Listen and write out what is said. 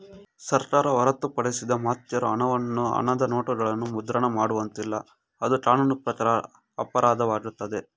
ಸರ್ಕಾರ ಹೊರತುಪಡಿಸಿ ಮತ್ಯಾರು ಹಣವನ್ನು ಹಣದ ನೋಟುಗಳನ್ನು ಮುದ್ರಣ ಮಾಡುವಂತಿಲ್ಲ, ಅದು ಕಾನೂನು ಪ್ರಕಾರ ಅಪರಾಧವಾಗುತ್ತದೆ